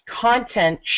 content